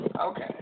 Okay